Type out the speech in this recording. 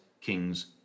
kings